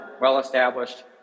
well-established